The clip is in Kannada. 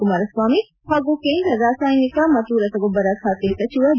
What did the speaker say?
ಕುಮಾರಸ್ವಾಮಿ ಹಾಗೂ ಕೇಂದ್ರ ರಾಸಾಯನಿಕ ಹಾಗೂ ರಸಗೊಬ್ಬರ ಖಾತೆ ಸಚಿವ ಡಿ